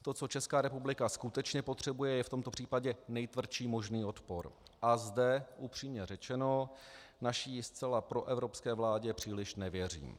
To, co Česká republika skutečně potřebuje, je v tomto případě nejtvrdší možný odpor a zde, upřímně řečeno, naší zcela proevropské vládě příliš nevěřím.